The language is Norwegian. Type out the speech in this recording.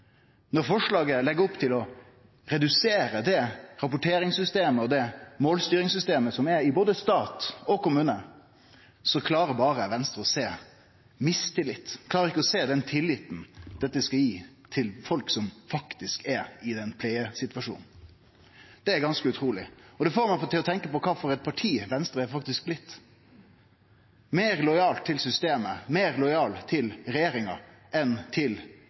Når forslaget legg opp til å redusere rapporteringssystemet og målstyringssystemet som er i både stat og kommune, klarer Venstre berre å sjå mistillit. Dei klarer ikkje å sjå den tilliten dette skal gi folk som faktisk er i ein pleiesituasjon. Det er ganske utruleg. Og det får meg til å tenkje på kva slags parti Venstre faktisk har blitt – meir lojal til systemet, meir lojal til regjeringa enn til